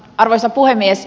arvoisa puhemies